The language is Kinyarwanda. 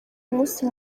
umunsi